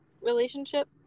relationship